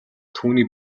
түүний